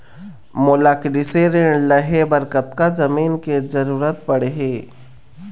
मोला कृषि ऋण लहे बर कतका जमीन के जरूरत पड़ही?